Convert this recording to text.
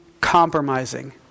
compromising